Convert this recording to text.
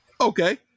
Okay